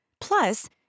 Plus